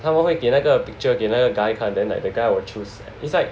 他们会给那个 picture 给那个 guy 看 then like the guy will choose it's like